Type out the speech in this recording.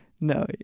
no